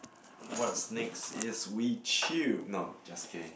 what's next is we chill no just kidding